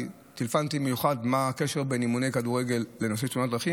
טלפנתי במיוחד לשאול מה הקשר בין אימוני כדורגל לנושא של תאונות הדרכים,